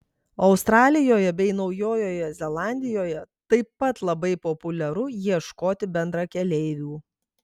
australijoje bei naujojoje zelandijoje taip pat labai populiaru ieškoti bendrakeleivių